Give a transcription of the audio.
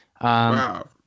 Wow